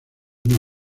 una